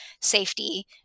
safety